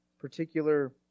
particular